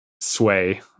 sway